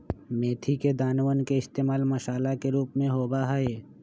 मेथी के दानवन के इश्तेमाल मसाला के रूप में होबा हई